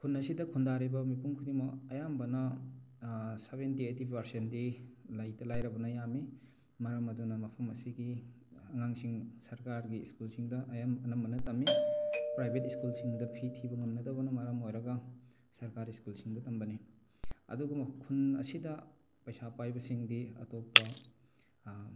ꯈꯨꯟ ꯑꯁꯤꯗ ꯈꯨꯟꯗꯥꯔꯤꯕ ꯃꯤꯄꯨꯝ ꯈꯨꯗꯤꯡꯃꯛ ꯑꯌꯥꯝꯕꯅ ꯁꯚꯦꯟꯇꯤ ꯑꯩꯠꯇꯤ ꯄꯥꯔꯁꯦꯟꯗꯤ ꯂꯩꯇ ꯂꯥꯏꯔꯕꯅ ꯌꯥꯝꯃꯤ ꯃꯔꯝ ꯑꯗꯨꯅ ꯃꯐꯝ ꯑꯁꯤꯒꯤ ꯑꯉꯥꯡꯁꯤꯡ ꯁꯔꯀꯥꯔꯒꯤ ꯁ꯭ꯀꯨꯜꯁꯤꯡꯗ ꯑꯌꯥꯝ ꯑꯅꯝꯕꯅ ꯇꯝꯃꯤ ꯄ꯭ꯔꯥꯏꯚꯦꯠ ꯁ꯭ꯀꯨꯜꯁꯤꯡꯗ ꯐꯤ ꯊꯤꯕ ꯉꯝꯅꯗꯕꯅ ꯃꯔꯝ ꯑꯣꯏꯔꯒ ꯁꯔꯀꯥꯔ ꯁ꯭ꯀꯨꯜꯁꯤꯡꯗ ꯇꯝꯕꯅꯤ ꯑꯗꯨꯕꯨ ꯈꯨꯟ ꯑꯁꯤꯗ ꯄꯩꯁꯥ ꯄꯥꯏꯕꯁꯤꯡꯗꯤ ꯑꯇꯣꯞꯄ